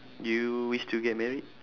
do you wish to get married